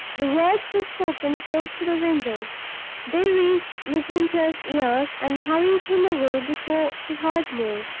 the words were spoken close to the window they reached midwinter's ears, and hurried him away before he heard more.